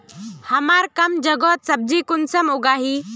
हमार कम जगहत सब्जी कुंसम उगाही?